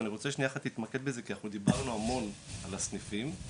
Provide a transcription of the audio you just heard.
ואני רוצה שניה להתמקד בזה כי דיברנו המון על הסניפים,